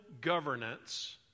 governance